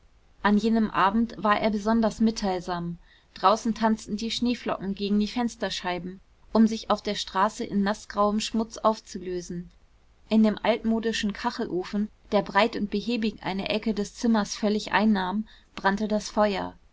an jenem abend war er besonders mitteilsam draußen tanzten die schneeflocken gegen die fensterscheiben um sich auf der straße in naßgrauem schmutz aufzulösen in dem altmodischen kachelofen der breit und behäbig eine ecke des zimmers völlig einnahm brannte das feuer